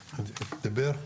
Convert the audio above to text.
המשרד להגנת הסביבה.